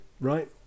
Right